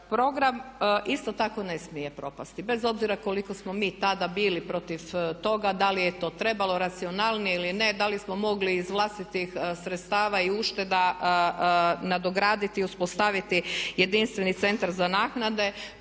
Program isto tako ne smije propasti, bez obzira koliko smo mi tada bili protiv toga da li je to trebalo racionalnije ili ne, da li smo mogli iz vlastitih sredstava i ušteda nadograditi i uspostaviti jedinstveni centar za naknade.